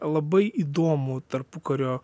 labai įdomų tarpukario